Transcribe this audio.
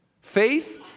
Faith